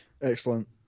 Excellent